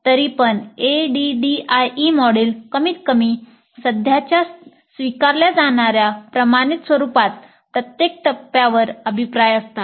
तरीपण ADDIE model कमीतकमी सध्याच्या स्वीकारल्या जाणार्या प्रमाणित स्वरूपात प्रत्येक टप्प्यावर अभिप्राय असतात